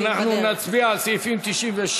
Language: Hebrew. אם כן, אנחנו נצביע על סעיפים 96,